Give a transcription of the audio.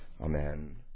Amen